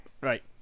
Right